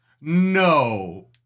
No